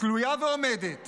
תלויה ועומדת